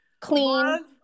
clean